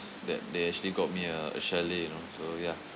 that they actually got me uh a chalet you know so ya